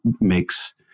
makes